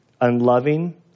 unloving